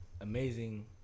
amazing